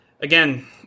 again